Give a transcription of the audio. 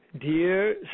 Dear